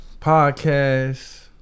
podcast